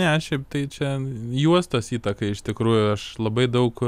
ne šiaip tai čia juostos įtaka iš tikrųjų aš labai daug